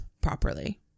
properly